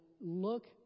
look